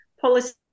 policy